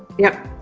yep.